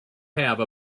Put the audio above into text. have